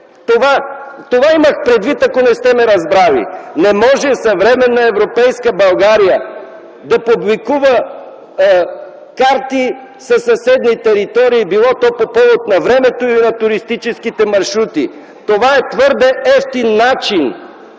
Това имах предвид, ако не сте ме разбрали. Не може съвременна европейска България да публикува карти със съседни територии било то по повод на времето или на туристическите маршрути. Това е твърде евтин начин